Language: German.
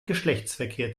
geschlechtsverkehr